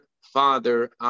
father